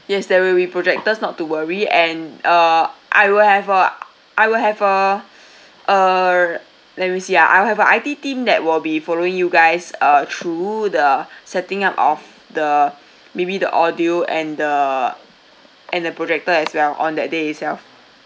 yes there will be projectors not to worry and uh I will have a I will have a uh let me see ah I will have a I_T team that will be following you guys uh through the setting up of the maybe the audio and the and the projector as well on that day itself